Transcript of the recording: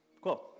Cool